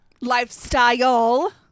lifestyle